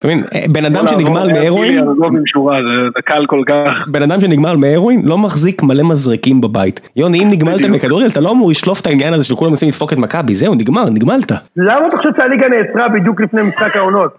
- אתה מבין, בן אדם שנגמל מהרואין -... עוד שורה זה קל כל כך - בן אדם שנגמל מהרואין לא מחזיק מלא מזרקים בבית. יוני, אם נגמלת מכדורים, אתה לא אמור לשלוף את העניין הזה של כולם יוצאים לדפוק את מכבי, זהו, נגמר, נגמלת. - למה אתה חושב שהליגה נעצרה בדיוק לפני משחק העונות?